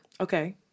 Okay